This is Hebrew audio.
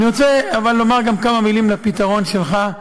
אני רוצה אבל לומר גם כמה מילים על הפתרון שלך,